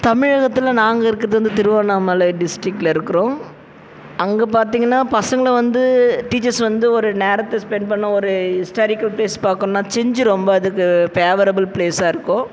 தமிழகத்தில் நாங்கள் இருக்கிறது வந்து திருவண்ணாமலை டிஸ்ட்டிக்ல இருக்கிறோம் அங்கே பார்த்திங்கன்னா பசங்களை வந்து டீச்சர்ஸ் வந்து ஒரு நேரத்தை ஸ்பெண்ட் பண்ணோம் ஒரு ஹிஸ்டாரிக்கல் ப்ளேஸ் பார்க்கணுன்னா செஞ்சு ரொம்ப அதுக்கு பேவரபுல் ப்ளேஸாக இருக்கும்